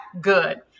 good